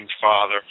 Father